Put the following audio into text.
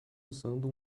usando